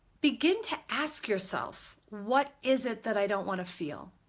begin to ask yourself what is it that i don't want to feel?